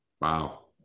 Wow